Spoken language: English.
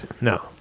No